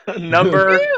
number